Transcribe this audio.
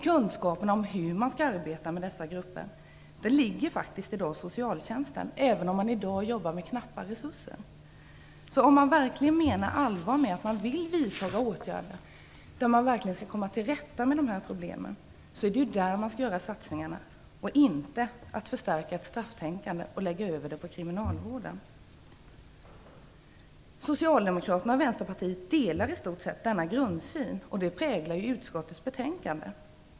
Kunskapen om hur man skall arbeta med dessa grupper ligger i dag hos socialtjänsten, även om den i dag arbetar med knappa resurser. Om man verkligen menar allvar med att man vill vidta åtgärder för att verkligen komma till rätta med dessa problem är det där man skall göra satsningarna, inte förstärka ett strafftänkande och lägga över ansvaret på kriminalvården. Socialdemokraterna och Vänsterpartiet delar i stort sett denna grundsyn, och det präglar ju utskottets betänkande.